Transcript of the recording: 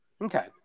Okay